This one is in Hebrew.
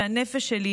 והנפש שלי,